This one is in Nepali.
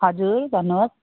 हजुर भन्नुहोस्